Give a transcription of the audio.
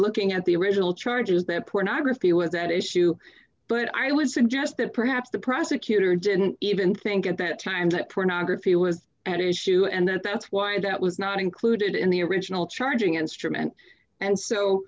looking at the original charges that pornography was at issue but i would suggest that perhaps the prosecutor didn't even think at that time that pornography was an issue and that's why that was not included in the original charging instrument and so